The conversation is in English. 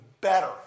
better